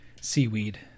seaweed